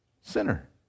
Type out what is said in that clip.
sinner